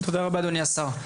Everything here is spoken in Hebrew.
תודה רבה אדוני השר.